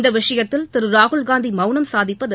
இந்த விஷயத்தில் திரு ராகுல்காந்தி மவுனம் சாதிப்பது